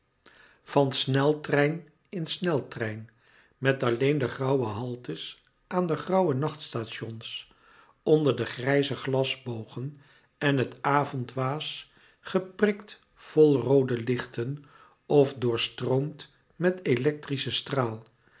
van sneltrein in sneltrein met alleen de grauwe haltes aan de grauwe nachtstations onder de grijze glasbogen en het avondwaas geprikt vol roode lichten of doorstroomd met electrischen straal